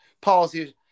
policies